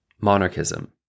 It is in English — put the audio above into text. Monarchism